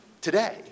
today